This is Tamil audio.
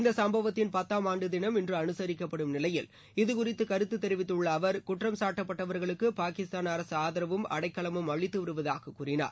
இந்த சம்பவத்தின் பத்தாம் ஆண்டு தினம் இன்று அனுசரிக்கப்படும் நிலையில் இது குறித்து கருத்து தெரிவித்துள்ள அவர் குற்றம்சா்டப்பட்டவர்களுக்கு பாகிஸ்தான் அரசு ஆதரவும் அடைக்கலமும் அளித்து வருவதாக கூறினார்